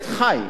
עד חי.